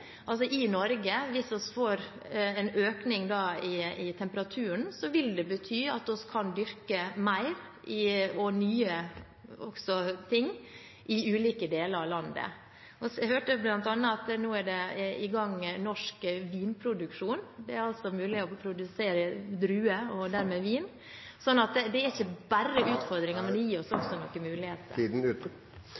Hvis vi får en økning i temperaturen i Norge, vil det bety at vi kan dyrke mer og også nye ting i ulike deler av landet. Vi hørte bl.a. at nå er man i gang med norsk vinproduksjon. Det er altså mulig å produsere druer og dermed vin. Så det er ikke bare utfordringer, det gir oss også noen muligheter.